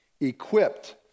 equipped